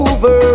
Over